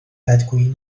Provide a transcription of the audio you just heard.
بدگویی